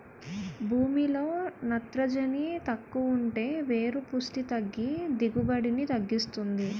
భూమిలో నత్రజని తక్కువుంటే వేరు పుస్టి తగ్గి దిగుబడిని తగ్గిస్తుంది